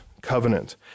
covenant